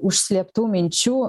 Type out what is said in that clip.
užslėptų minčių